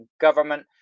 government